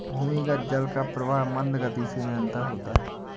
भूमिगत जल का प्रवाह मन्द गति से निरन्तर होता है